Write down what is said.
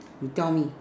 you tell me